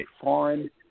foreign